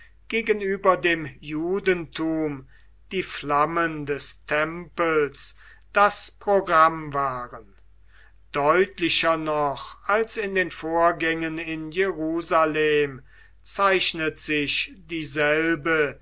gegenüber dem judentum die flammen des tempels das programm waren deutlicher noch als in den vorgängen in jerusalem zeichnet sich dieselbe